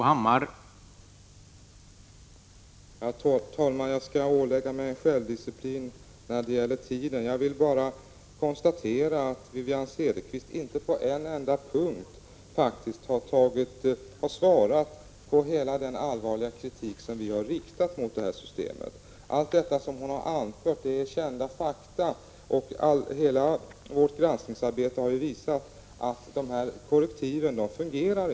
Herr talman! Jag skall ålägga mig självdisciplin när det gäller tiden och bara konstatera att Wivi-Anne Cederqvist inte på en enda punkt har svarat på den allvarliga kritik som vi har riktat mot det här systemet. Allt detta som hon har anfört är kända fakta. Hela vårt granskningsarbete har ju visat att korrektiven inte fungerar.